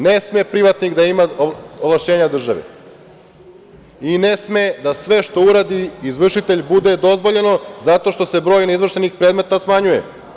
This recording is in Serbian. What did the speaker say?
Ne sme privatnik da ima ovlašćenja države i ne sme da sve što uradi izvršitelj bude dozvoljeno zato što se broj neizvršenih predmeta smanjuje.